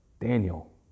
Daniel